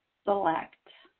select